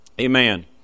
Amen